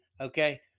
okay